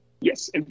Yes